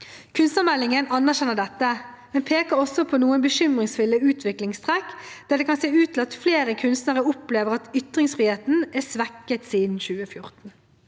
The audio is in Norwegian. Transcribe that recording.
Kunstnermeldingen anerkjenner dette, men peker også på noen bekymringsfulle utviklingstrekk der det kan se ut til at flere kunstnere opplever at ytringsfriheten er svekket siden 2014.